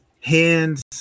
Hands